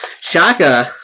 Shaka